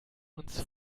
uns